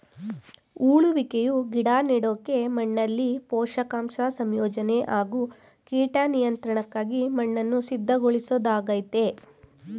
ಉಳುವಿಕೆಯು ಗಿಡ ನೆಡೋಕೆ ಮಣ್ಣಲ್ಲಿ ಪೋಷಕಾಂಶ ಸಂಯೋಜನೆ ಹಾಗೂ ಕೀಟ ನಿಯಂತ್ರಣಕ್ಕಾಗಿ ಮಣ್ಣನ್ನು ಸಿದ್ಧಗೊಳಿಸೊದಾಗಯ್ತೆ